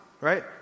right